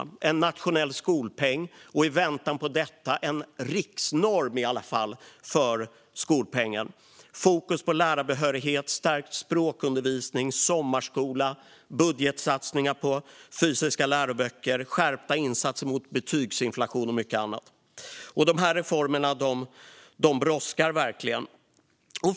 Vi föreslår också en nationell skolpeng och i väntan på detta i alla fall en riksnorm för skolpengen. Vidare vill vi se fokus på lärarbehörighet, stärkt språkundervisning, sommarskola, budgetsatsningar på fysiska läroböcker, skärpta insatser mot betygsinflation och mycket annat. Dessa reformer brådskar verkligen.